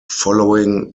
following